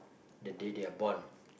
the day they're born